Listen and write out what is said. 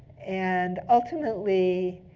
and ultimately,